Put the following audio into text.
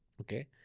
Okay